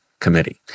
Committee